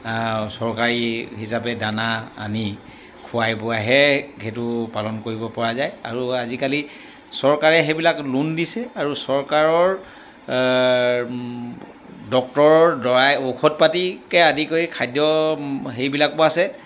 চৰকাৰী হিচাপে দানা আনি খুৱাই বোৱাইহে সেইটো পালন কৰিব পৰা যায় আৰু আজিকালি চৰকাৰে সেইবিলাক লোন দিছে আৰু চৰকাৰৰ ডক্তৰৰ দ্বাৰাই ঔষধ পাতিকে আদি কৰি খাদ্য সেইবিলাকো আছে